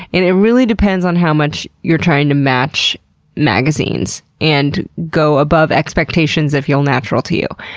and it really depends on how much you're trying to match magazines and go above expectations that feel natural to you.